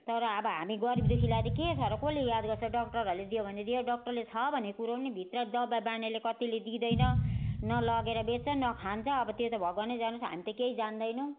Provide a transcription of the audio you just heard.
तर अब हामी गरिब दुःखीलाई त के छ र कसले याद गर्छ डाक्टरहरूले दियो भने दियो डाक्टरले छ भनेको कुरो नि भित्र जाँदा बाँड्नेले कतिले दिँदैन न लगेर बेच्छ न खान्छ अब त्यो त भगवान् नै जानोस् हामी त केही जान्दैनौँ